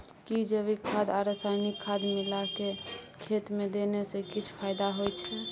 कि जैविक खाद आ रसायनिक खाद मिलाके खेत मे देने से किछ फायदा होय छै?